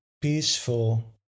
peaceful